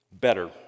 better